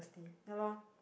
thirsty ya lor